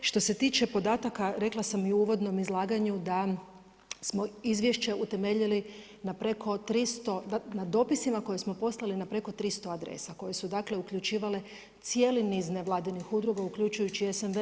Što se tiče podataka rekla sam i u uvodnom izlaganju da smo izvješće utemeljili na preko 300, na dopisima koje smo poslali na preko 300 adresa koje su dakle uključivale cijeli niz nevladinih udruga uključujući i SNB.